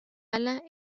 ala